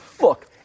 look